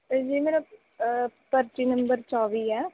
ਜੀ ਮੇਰਾ ਪਰਚੀ ਨੰਬਰ ਚੌਵੀ ਹੈ